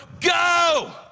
go